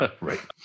Right